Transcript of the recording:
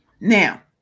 Now